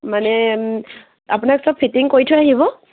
মানে আপোনাক সব ফিটিং কৰি থৈ আহিব